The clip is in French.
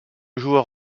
joueur